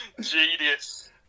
Genius